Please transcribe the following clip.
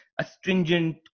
astringent